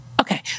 okay